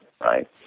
right